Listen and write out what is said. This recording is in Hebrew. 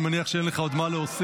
אני מניח שאין לך עוד מה להוסיף.